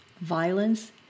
violence